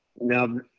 now